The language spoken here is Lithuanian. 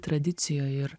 tradicijoj ir